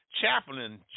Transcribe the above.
Chaplain